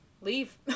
leave